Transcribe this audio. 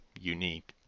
unique